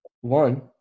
one